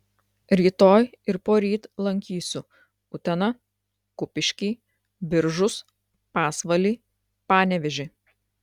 rytoj ir poryt lankysiu uteną kupiškį biržus pasvalį panevėžį